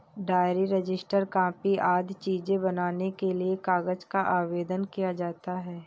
diary, register, copy आदि चीजें बनाने के लिए कागज का आवेदन किया जाता है